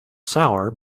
sour